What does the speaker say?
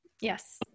yes